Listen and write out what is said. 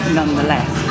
nonetheless